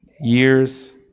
years